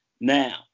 Now